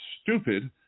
stupid